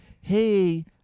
hey